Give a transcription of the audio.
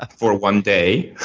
for one day.